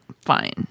Fine